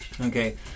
Okay